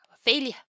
failure